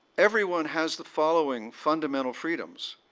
everyone has the following fundamental freedoms.